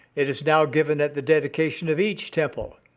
it is now given at the dedication of each temple.